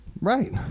Right